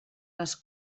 les